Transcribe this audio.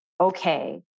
okay